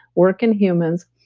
work in humans,